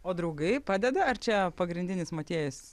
o draugai padeda ar čia pagrindinis motiejus